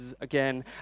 again